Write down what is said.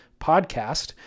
PODCAST